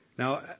Now